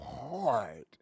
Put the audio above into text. hard